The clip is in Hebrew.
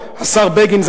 השר בגין.